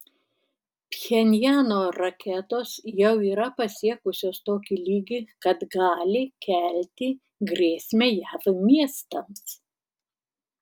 pchenjano raketos jau yra pasiekusios tokį lygį kad gali kelti grėsmę jav miestams